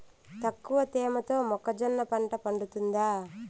తక్కువ తేమతో మొక్కజొన్న పంట పండుతుందా?